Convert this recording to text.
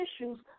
issues